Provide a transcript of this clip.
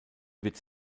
wird